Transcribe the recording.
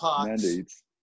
mandates